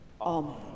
Amen